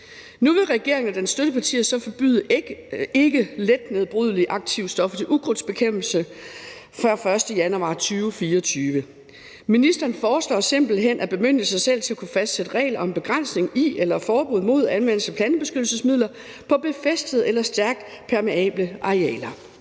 Nu vil regeringen og dens støttepartier så forbyde ikke let nedbrydelige aktive stoffer til ukrudtsbekæmpelse før 1. januar 2024. Ministeren foreslår simpelt hen at bemyndige sig selv til at kunne fastsætte regler om begrænsning i eller forbud mod anvendelse af plantebeskyttelsesmidler på befæstede eller stærkt permeable arealer.